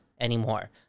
anymore